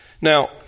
Now